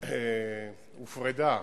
הופרדה